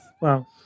Wow